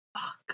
fuck